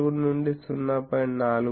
4 నుండి 0